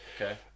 Okay